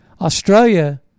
Australia